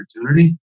opportunity